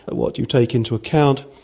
what do you take into account?